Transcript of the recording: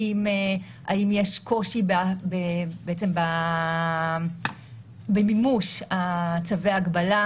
האם יש קושי במימוש צווי ההגבלה,